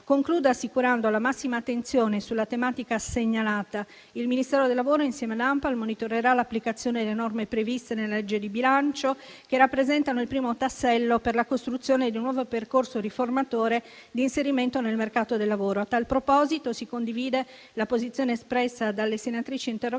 Concludo, assicurando la massima attenzione sulla tematica segnalata. Il Ministero del lavoro, insieme all'ANPAL, monitorerà l'applicazione delle norme previste nella legge di bilancio, che rappresentano il primo tassello per la costruzione di un nuovo percorso riformatore di inserimento nel mercato del lavoro. A tal proposito, si condivide la posizione espressa dalle senatrici interroganti